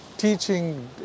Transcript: Teaching